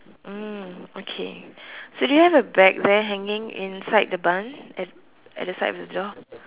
uh okay so do you have a bag there hanging inside the barn at at the side of the door